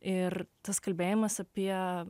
ir tas kalbėjimas apie